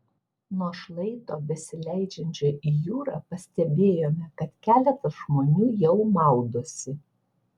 nuo šlaito besileidžiančio į jūrą pastebėjome kad keletas žmonių jau maudosi